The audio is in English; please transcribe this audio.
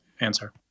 answer